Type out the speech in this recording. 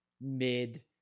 mid